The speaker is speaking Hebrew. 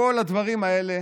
כל הדברים האלה